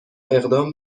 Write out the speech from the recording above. اقدام